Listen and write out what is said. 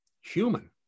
human